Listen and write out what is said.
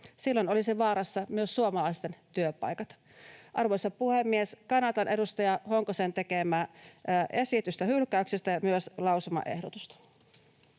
Silloin olisi vaarassa myös suomalaisten työpaikat. Arvoisa puhemies! Kannatan edustaja Honkosen tekemää esitystä hylkäyksestä ja myös lausumaehdotusta.